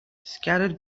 scattered